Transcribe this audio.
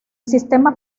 sistema